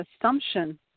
assumption